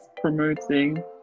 promoting